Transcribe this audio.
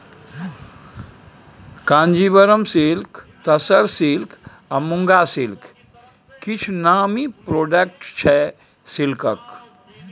Kanjeevaram silk, tussar silk आ muga silk किछ नामी प्रोडक्ट छै सिल्कक